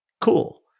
Cool